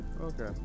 Okay